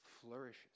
flourishes